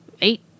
eight